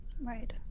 Right